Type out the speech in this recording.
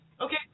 Okay